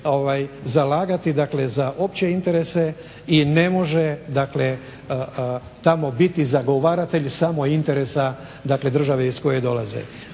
zalagati za opće interese i ne može dakle tamo biti zagovaratelj samo interesa dakle države iz koje dolazi.